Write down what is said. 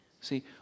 See